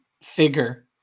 figure